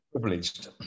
privileged